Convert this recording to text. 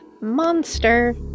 Monster